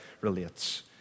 relates